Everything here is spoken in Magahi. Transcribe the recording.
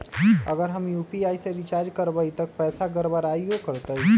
अगर हम यू.पी.आई से रिचार्ज करबै त पैसा गड़बड़ाई वो करतई?